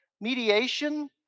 mediation